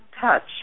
touch